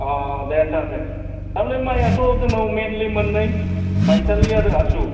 औ दे सार दे थारमाने माइयाथ' जोंनाव मेनलि मोननै माइसालि आरो आसु